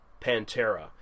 Pantera